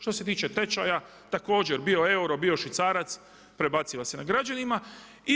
Što se tiče tečaja također bio euro, bio švicarac prebaciva se na građanina.